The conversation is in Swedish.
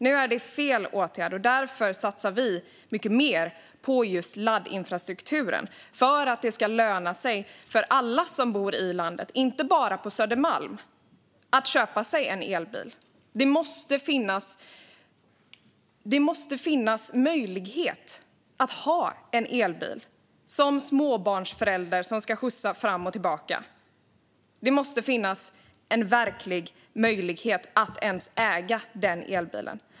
Nu är det fel åtgärd, och därför satsar vi mycket mer på laddinfrastrukturen för att det ska löna sig för alla som bor i landet, inte bara för dem som bor på Södermalm, att köpa en elbil. Det måste finnas möjlighet att som småbarnsförälder som ska skjutsa fram och tillbaka ha en elbil. Det måste finnas en verklig möjlighet att äga den elbilen.